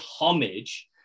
homage